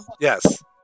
Yes